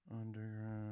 Underground